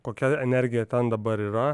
kokia energija ten dabar yra